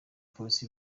polisi